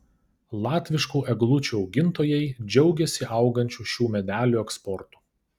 latviškų eglučių augintojai džiaugiasi augančiu šių medelių eksportu